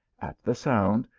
at the sound,